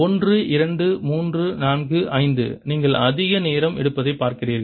1 2 3 4 5 நீங்கள் அதிக நேரம் எடுப்பதை பார்க்கிறீர்கள்